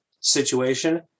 situation